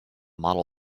model